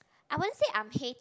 I won't say I'm hate